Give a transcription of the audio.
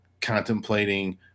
contemplating